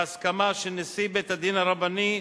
בהסכמה של נשיא בית-הדין הרבני,